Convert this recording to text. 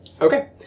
Okay